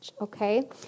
Okay